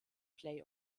play